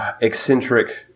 eccentric